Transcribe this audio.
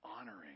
Honoring